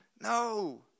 no